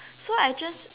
so I just